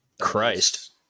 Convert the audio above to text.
Christ